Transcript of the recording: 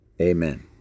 Amen